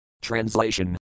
Translation